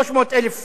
שקל בחודש,